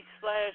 slash